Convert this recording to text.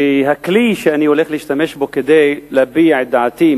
והכלי שאני הולך להשתמש בו כדי להביע את דעתי,